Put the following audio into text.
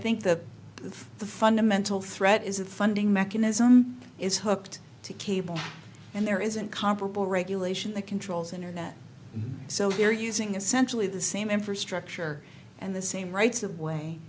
think that the fundamental threat is a funding mechanism is hooked to cable and there isn't comparable regulation that controls internet so they're using essentially the same infrastructure and the same rights of way